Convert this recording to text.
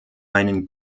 einen